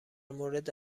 مورد